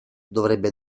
dovrebbe